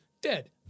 dead